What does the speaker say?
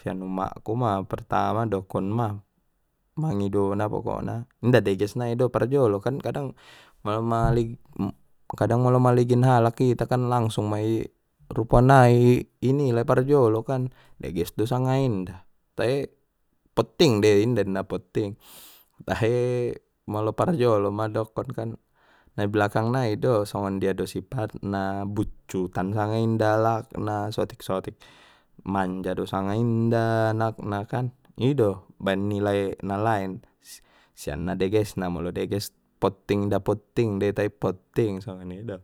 sian umakku ma pertama dokon ma mangido na pokokna inda deges nai do parjolo kan kadang ma-mali kadang molo maligin halak ita kan langsung ma i rupo nai inilai parjolo kan deges do sanga inda tai potting dei inda na potting tahe molo parjolo ma dokonkan na i balakang nai do songon dia do sifatna butcutan sanga inda alakna sotik-sotik manja do sanga inda anakna kan ido baen nilai na lain sian na deges na molo deges potting inda potting dei tai potting soni do.